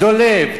דולב,